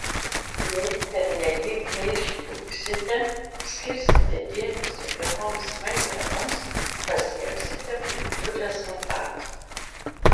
jei pernelyg neišpuiksite skirsite dėmesio geroms manieroms pasieksite puikių rezultatų